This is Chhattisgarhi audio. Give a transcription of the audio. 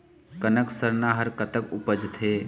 कनक सरना हर कतक उपजथे?